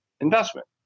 investment